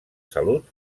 salut